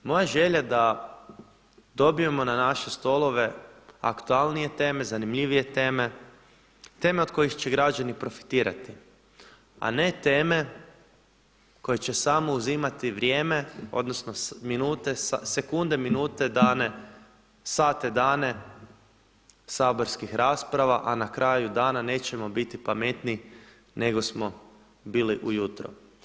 Moja je želja da dobijemo na naše stolove aktualnije teme, zanimljivije teme i teme od kojih će građani profitirati a ne teme koje će samo uzimati vrijeme, odnosno minute, sekunde, minute, dane, sate, dane saborskih rasprava a na kraju dana nećemo biti pametniji nego smo bili ujutro.